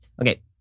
Okay